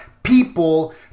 people